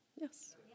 Yes